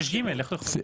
סעיף 6ג. איך הוא יכול?